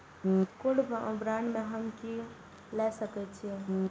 Gold bond में हम की ल सकै छियै?